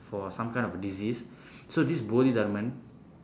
for some kind of disease so this bodhidharma